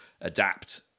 adapt